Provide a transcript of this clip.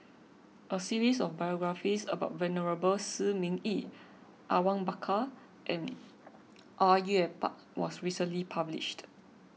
a series of biographies about Venerable Shi Ming Yi Awang Bakar and Au Yue Pak was recently published